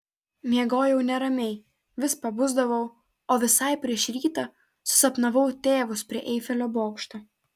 miegojau neramiai vis pabusdavau o visai prieš rytą susapnavau tėvus prie eifelio bokšto